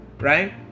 right